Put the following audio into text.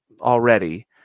already